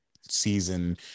season